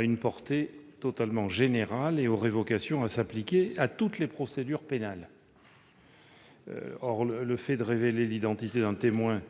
une portée tout à fait générale et aurait vocation à s'appliquer à toutes les procédures pénales. Le fait de révéler l'identité d'un témoin